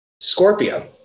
Scorpio